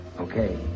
okay